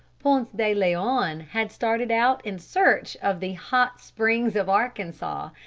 ponce de leon had started out in search of the hot springs of arkansas,